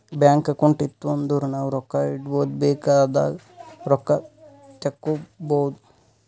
bank account ಇತ್ತು ಅಂದುರ್ ನಾವು ರೊಕ್ಕಾ ಇಡ್ಬೋದ್ ಬೇಕ್ ಆದಾಗ್ ರೊಕ್ಕಾ ತೇಕ್ಕೋಬೋದು